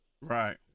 Right